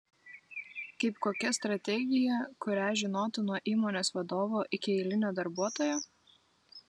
kaip kokia strategija kurią žinotų nuo įmonės vadovo iki eilinio darbuotojo